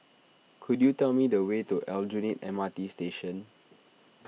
could you tell me the way to Aljunied M R T Station